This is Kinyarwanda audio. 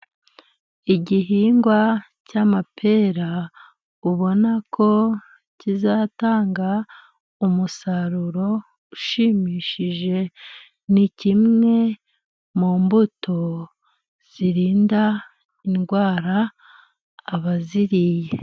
Igihingwa cy'amapera, ubona ko kizatanga umusaruro ushimishije, ni kimwe mu mbuto zirinda indwara abaziriye.